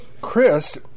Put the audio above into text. Chris